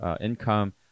income